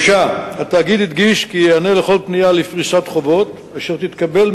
3. התאגיד הדגיש כי ייענה לכל פנייה לפריסת חובות אשר תתקבל